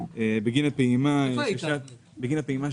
הצבעה הפנייה אושרה.